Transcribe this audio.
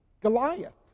Goliath